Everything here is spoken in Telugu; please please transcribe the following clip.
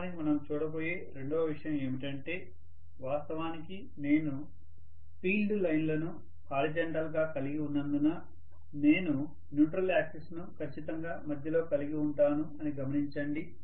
వాస్తవానికి మనం చూడబోయే రెండవ విషయం ఏమిటంటే వాస్తవానికి నేను ఫీల్డ్ లైన్లను హారిజంటల్ గా కలిగి ఉన్నందున నేను న్యూట్రల్ యాక్సిస్ ను ఖచ్చితంగా మధ్యలో కలిగి ఉంటాను అని గమనించండి